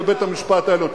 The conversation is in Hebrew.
בבית-המשפט העליון,